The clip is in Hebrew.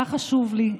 מה חשוב לי?